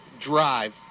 drive